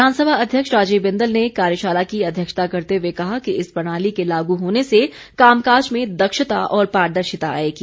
विधानसभा अध्यक्ष राजीव बिंदल ने कार्यशाला की अध्यक्षता करते हुए कहा कि इस प्रणाली के लागू होने से कामकाज में दक्षता ओर पारदर्शिता आएगी